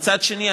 ומצד השני,